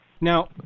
Now